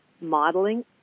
modeling